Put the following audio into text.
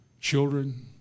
children